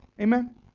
Amen